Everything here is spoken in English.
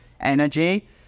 energy